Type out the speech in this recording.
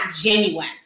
genuine